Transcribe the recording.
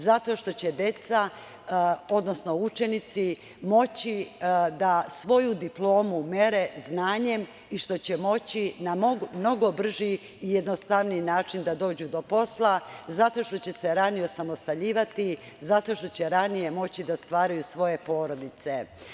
Zato što će deca, odnosno učenici moći da svoju diplomu mere znanjem i što će moći mnogo brži i jednostavniji način da dođu do posla, zato što će se ranije osamostaljivati, zato što će ranije moći da stvaraju svoje porodice.